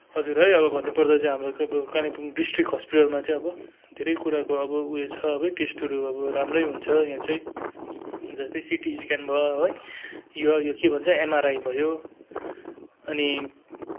हजुर है अब भन्नुपर्दा चाहिँ हाम्रो चाहिँ अब कालिम्पोङ डिस्ट्रिक्ट हस्पिटलमा चाहिँ अब धेरै कुराको अब उयो छ अब टेस्टहरू अब राम्रै हुन्छ यहाँ चाहिँ जस्तै सिटी स्क्यान भयो है यो यो के भन्छ एमआरआई भयो अनि